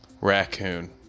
raccoon